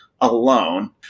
alone